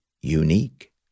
unique